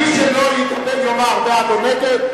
מי שלא יאמר בעד או נגד,